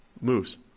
moves